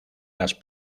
las